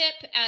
tip